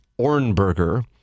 Ornberger